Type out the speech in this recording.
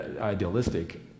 idealistic